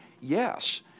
Yes